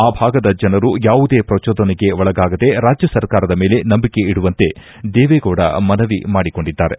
ಆ ಭಾಗದ ಜನರು ಯಾವುದೇ ಪ್ರಚೋದನೆಗೆ ಒಳಗಾಗದೆ ರಾಜ್ಯ ಸರ್ಕಾರದ ಮೇಲೆ ನಂಬಿಕೆ ಇಡುವಂತೆ ದೇವೇಗೌಡ ಮನವಿ ಮಾಡಿಕೊಂಡಿದ್ದಾರೆ